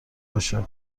باشه